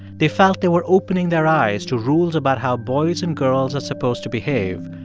they felt they were opening their eyes to rules about how boys and girls are supposed to behave,